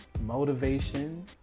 motivation